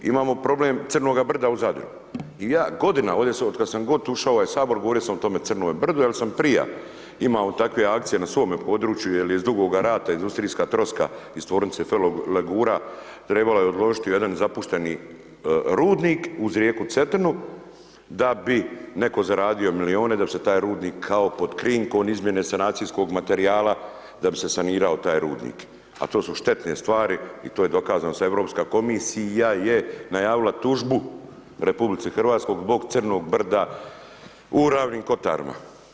Imamo problem crnoga brda u Zadru, i ja godinama od kad sam god ušao u ovaj sabor govorio sam o tome crnom brdu jer sam prija imao takve akcije na svome području jel je iz Dugoga rata industrijska troska iz tvornice ferolegura trebala je odložit u jedan zapušteni rudnik uz rijeku Cetinu da bi neko zaradio milione, da bi se taj rudnik kao pod krinkom izmjene sanacijskog materijala, da bi se sanirao taj rudnik, a to su štetne stvari i to je dokazano sa Europska komisija je najavila tužbu RH zbog crnog brda u Ravnim kotarima.